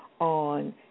on